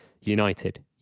United